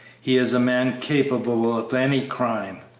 he is a man capable of any crime,